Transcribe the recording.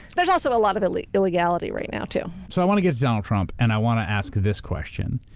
there's also a lot of like illegality right now too. so i want to get to donald trump and i want to ask this question,